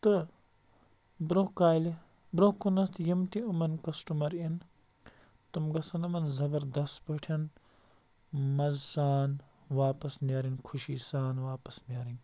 تہٕ برٛونٛہہ کالہِ برٛونٛہہ کُنَتھ یِم تہِ یِمَن کَسٹَٕمَر یِن تِم گژھان یِمَن زَبردَس پٲٹھٮ۪ن مَزٕ سان واپَس نیرٕنۍ خوٚشی سان واپَس نیرٕنۍ